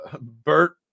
Bert